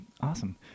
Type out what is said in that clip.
Awesome